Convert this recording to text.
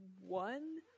one